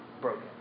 broken